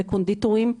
וקונדיטורים,